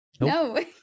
No